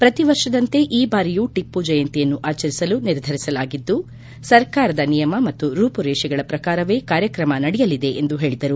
ಪ್ರತಿ ವರ್ಷದಂತೆ ಈ ಬಾರಿಯು ಟಿಮ್ನ ಜಯಂತಿಯನ್ನು ಆಚರಿಸಲು ನಿರ್ಧರಿಸಲಾಗಿದ್ದು ಸರ್ಕಾರದ ನಿಯಮ ಮತ್ತು ರೂಮರೇಷೆಗಳ ಪ್ರಕಾರವೇ ಕಾರ್ಯಕ್ರಮ ನಡೆಯಲಿದೆ ಎಂದು ಹೇಳಿದರು